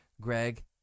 Greg